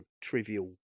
trivial